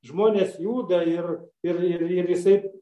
žmonės juda ir ir ir ir visaip